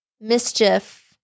mischief